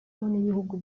n’ibihugu